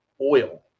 oil